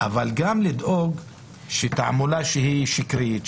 אבל גם לדאוג שתעמולה שהיא שקרית,